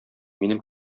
минем